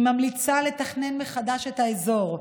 היא ממליצה לתכנן מחדש את האזור,